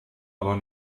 aber